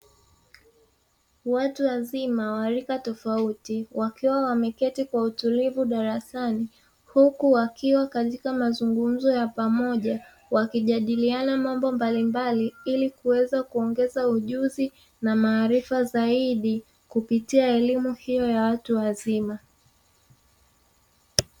Watu wazima wa rika tofauti wakiwa wameketi kwa utulivu darasani, huku wakiwa katika mazungumzo ya pamoja wakijadiliana mambo mbalimbali ili kuweza kuongeza ujuzi na maarifa zaidi kupitia elimu hiyo ya watu wazima.